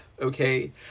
okay